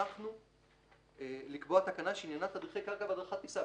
שכחנו לקבוע תקנה שעניינה תדריכי קרקע והדרכת טיסה.